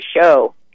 show